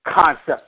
concept